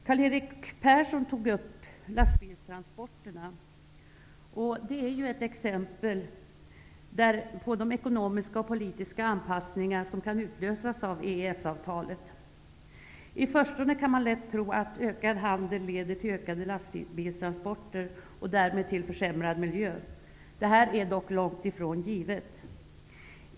Detta är ett exempel på ekonomiska och politiska anpassningar som kan utlösas av EES-avtalet. I förstone kan man lätt tro att ökad handel leder till ökade lastbilstransporter, och därmed till försämrad miljö. Detta är dock långt ifrån givet.